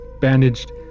bandaged